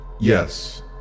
Yes